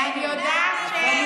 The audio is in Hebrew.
למה אתה מפיץ פייק,